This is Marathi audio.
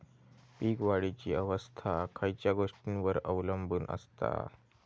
पीक वाढीची अवस्था खयच्या गोष्टींवर अवलंबून असता?